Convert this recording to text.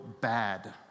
bad